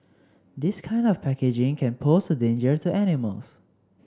this kind of packaging can pose a danger to animals